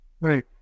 Right